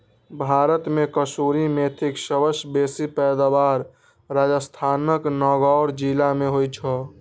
भारत मे कसूरी मेथीक सबसं बेसी पैदावार राजस्थानक नागौर जिला मे होइ छै